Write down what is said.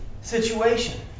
situation